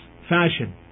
fashion